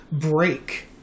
break